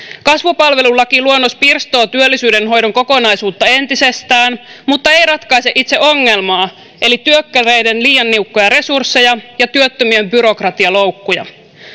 kasvupalvelulakiluonnos pirstoo työllisyyden hoidon kokonaisuutta entisestään mutta ei ratkaise itse ongelmaa eli työkkäreiden liian niukkoja resursseja ja työttömien byrokratialoukkuja